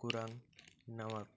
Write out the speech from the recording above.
কুরাং নেওয়াত